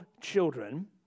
children